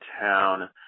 town